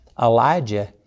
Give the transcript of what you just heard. Elijah